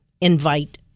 invite